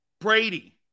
Brady